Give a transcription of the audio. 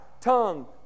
tongue